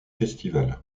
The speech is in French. festivals